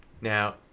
now